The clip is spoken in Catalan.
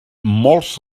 molts